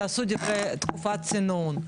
תעשו תקופת צינון.